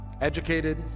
educated